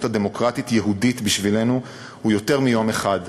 הדמוקרטית-יהודית בשבילנו הן יותר מיום אחד,